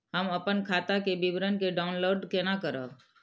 हम अपन खाता के विवरण के डाउनलोड केना करब?